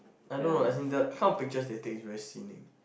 I don't know as in the how picture they take is very scening